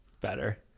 Better